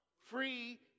Free